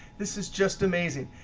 this is just amazing.